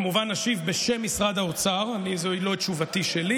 כמובן אשיב בשם משרד האוצר, זוהי לא תשובתי שלי.